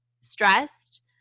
stressed